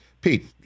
Pete